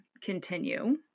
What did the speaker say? continue